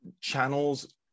channels